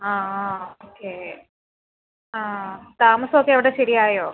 ആ ആ ഓക്കെ ആ താമസം ഒക്കെ അവിടെ ശരി ആയോ